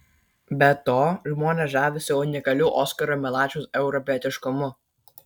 be to žmonės žavisi unikaliu oskaro milašiaus europietiškumu